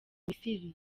misiri